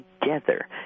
together